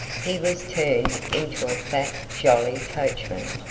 he was turned into a fat, jolly coachman,